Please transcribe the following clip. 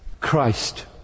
Christ